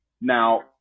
Now